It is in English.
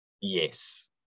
Yes